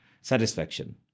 satisfaction